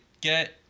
get